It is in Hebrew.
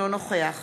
אינו נוכח